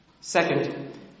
Second